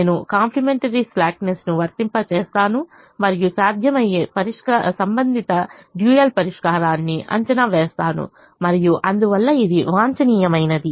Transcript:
నేను కాంప్లిమెంటరీ స్లాక్నెస్ను వర్తింపజేస్తాను మరియు సాధ్యమయ్యే సంబంధిత డ్యూయల్ పరిష్కారాన్ని అంచనా వేస్తాను మరియు అందువల్ల ఇది వాంఛనీయమైనది